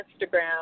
Instagram